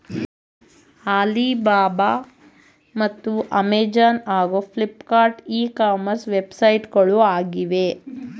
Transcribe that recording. Alibaba ಮತ್ತು Amazon ಹಾಗೂ Flipkart e commerce ವೆಬ್ಸೈಟ್ಗಳು ಆಗಿವೆ